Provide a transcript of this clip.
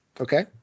Okay